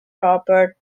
robert